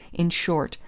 in short,